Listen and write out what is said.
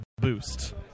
boost